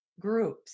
groups